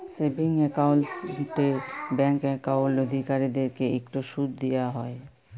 savings একাউল্টে bank account অধিকারীদেরকে ইকট সুদ দিয়া হ্যয়